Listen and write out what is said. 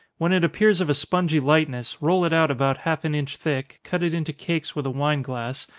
when it appears of a spongy lightness, roll it out about half an inch thick, cut it into cakes with a wine glass,